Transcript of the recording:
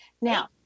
now